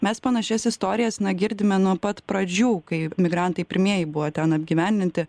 mes panašias istorijas na girdime nuo pat pradžių kai migrantai pirmieji buvo ten apgyvendinti